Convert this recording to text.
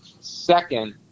second